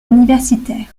universitaires